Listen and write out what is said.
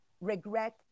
regret